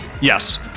Yes